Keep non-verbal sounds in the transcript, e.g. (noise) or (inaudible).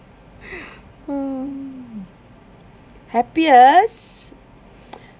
(noise) happiest